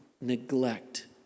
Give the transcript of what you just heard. neglect